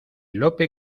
lope